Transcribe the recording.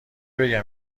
بگم